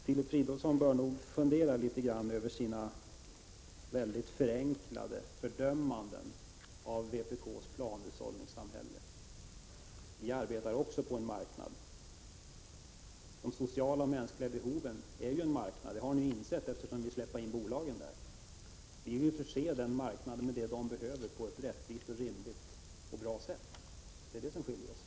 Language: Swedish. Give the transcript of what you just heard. Filip Fridolfsson bör nog fundera litet grand över sina mycket förenklade fördömanden av vpk:s planhushållningssamhälle. Vi arbetar också på en marknad. De sociala och mänskliga behoven är ju en marknad. Det har ni ju insett, eftersom ni släpper in bolagen där. Vi vill förse denna marknad med det som den behöver på ett rättvist, rimligt och bra sätt. Det är detta som skiljer oss åt.